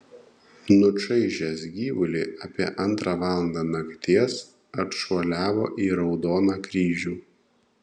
nučaižęs gyvulį apie antrą valandą nakties atšuoliavo į raudoną kryžių